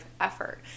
effort